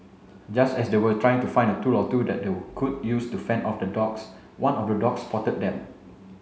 just as they were trying to find a tool or two that they could use to fend off the dogs one of the dogs spotted them